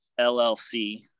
LLC